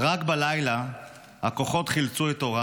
רק בלילה הכוחות חילצו את הוריו,